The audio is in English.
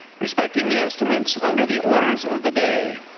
respecting the estimates under the orders of the day.